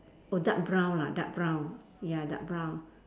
oh dark brown lah dark brown ya dark brown